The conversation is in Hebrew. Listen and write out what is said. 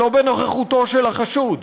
שלא בנוכחותו של החשוד.